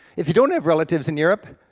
if you don't have relatives in europe,